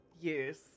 Yes